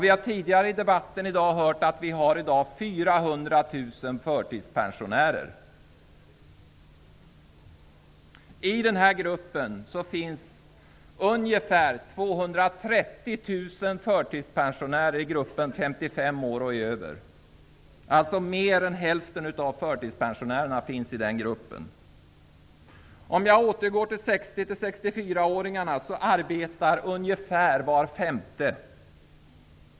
Vi har tidigare i dagens debatt hört att det i dag finns 230 000 förtidspensionärer i gruppen 55 år eller äldre. Mer än hälften av förtidspensionärerna finns i den gruppen. För att återgå till gruppen 60--64 åringarna arbetar ungefär var femte.